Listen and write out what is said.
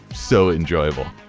so enjoyable